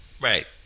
right